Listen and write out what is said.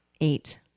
eight